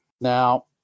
Now